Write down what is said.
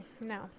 no